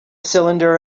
cylinder